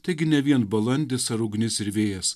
taigi ne vien balandis ar ugnis ir vėjas